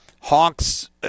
Hawks